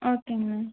ஓகேங்கண்ணா